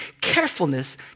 Carefulness